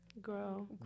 grow